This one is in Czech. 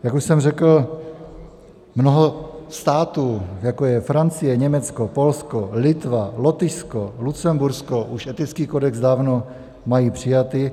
Jak už jsem řekl, mnoho států, jako je Francie, Německo, Polsko, Litva, Lotyšsko, Lucembursko, už etický kodex dávno má přijatý.